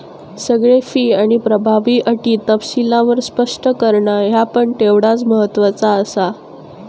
सगळे फी आणि प्रभावी अटी तपशीलवार स्पष्ट करणा ह्या पण तेवढाच महत्त्वाचा आसा